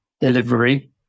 delivery